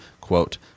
quote